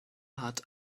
hat